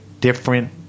different